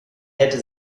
hätte